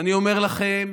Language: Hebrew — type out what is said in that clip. ואני אומר לכם,